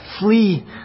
Flee